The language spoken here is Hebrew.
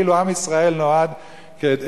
כאילו עם ישראל קם,